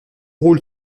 rôle